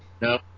No